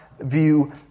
view